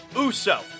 Uso